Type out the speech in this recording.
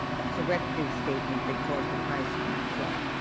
a corrective statement that caused a price drop.